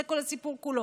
זה כל הסיפור כולו.